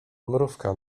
mrówka